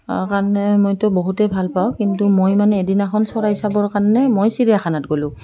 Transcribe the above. কাৰণে মইতো বহুতেই ভালপাওঁ কিন্তু মই মানে এদিনাখন চৰাই চাবৰ কাৰণে মই চিৰিয়াখানাত গ'লোঁ